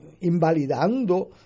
invalidando